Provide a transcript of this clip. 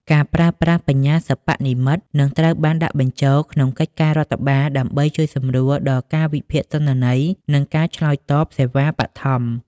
ការប្រើប្រាស់បញ្ញាសិប្បនិម្មិត នឹងត្រូវបានដាក់បញ្ចូលក្នុងកិច្ចការរដ្ឋបាល ដើម្បីជួយសម្រួលដល់ការវិភាគទិន្នន័យ និងការឆ្លើយតបសេវាបឋម។